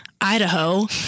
Idaho